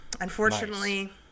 Unfortunately